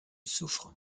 soufre